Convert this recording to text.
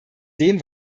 dem